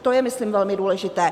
To je myslím velmi důležité.